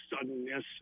suddenness